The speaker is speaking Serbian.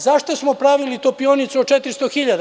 Zašto smo pravili topionicu od 400.000?